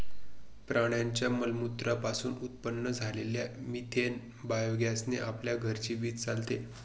प्राण्यांच्या मलमूत्रा पासून उत्पन्न झालेल्या मिथेन बायोगॅस ने आपल्या घराची वीज चालते